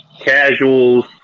casuals